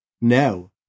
No